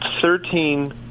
Thirteen